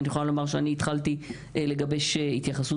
אני יכולה לומר שאני התחלתי לגבש התייחסות